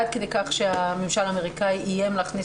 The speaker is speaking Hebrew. עד כדי כך שהממשל האמריקאי איים להכניס